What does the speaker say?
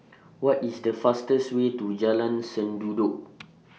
What IS The fastest Way to Jalan Sendudok